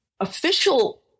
official